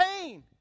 pain